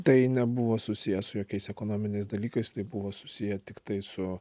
tai nebuvo susiję su jokiais ekonominiais dalykais tai buvo susiję tiktai su